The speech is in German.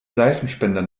seifenspender